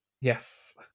Yes